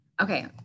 Okay